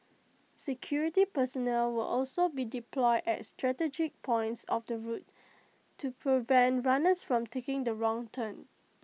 security personnel will also be deployed at strategic points of the route to prevent runners from taking the wrong turn